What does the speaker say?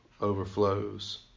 overflows